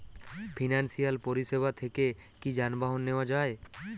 Financial পরিসেবা থেকে কি যানবাহন নেওয়া যায়?